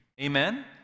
Amen